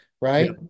right